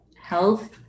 Health